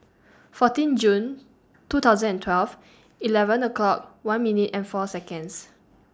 fourteen June two thousand and twelve eleven o'clock one minute and four Seconds